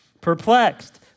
perplexed